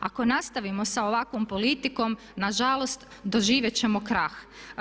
Ako nastavimo sa ovakvom politikom na žalost doživjet ćemo krah.